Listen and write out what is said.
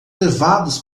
levados